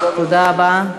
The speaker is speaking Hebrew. תודה רבה.